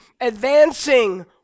advancing